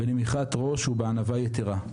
במנחת ראש ובענווה יתירה,